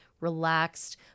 relaxed